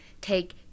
take